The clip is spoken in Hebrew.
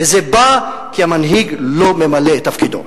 וזה בא כי המנהיג לא ממלא את תפקידו.